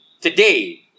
today